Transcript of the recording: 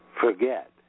forget